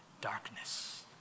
darkness